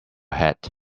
hat